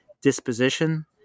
disposition